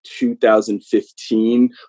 2015